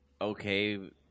okay